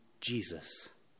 Jesus